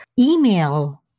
email